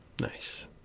Nice